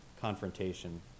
confrontation